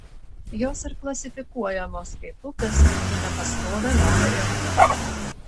jos ir klasifikuojamos kaip upės su nepastovia ledo danga